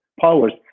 powers